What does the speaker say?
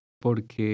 porque